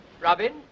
Robin